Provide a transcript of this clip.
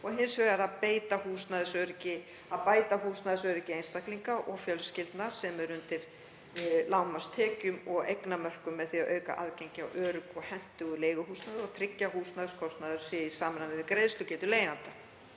og hins vegar að bæta húsnæðisöryggi einstaklinga og fjölskyldna sem eru undir lágmarkstekju- og -eignamörkum með því að auka aðgengi að öruggu og hentugu leiguhúsnæði og tryggja að húsnæðiskostnaður sé í samræmi við greiðslugetu leigjenda.